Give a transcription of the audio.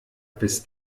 bis